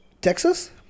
Texas